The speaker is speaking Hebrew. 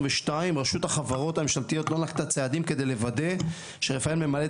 רשות החברות הממשלתיות לא נקטה צעדים כדי לוודא שרפאל ממלאת